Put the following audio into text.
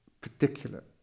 particular